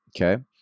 Okay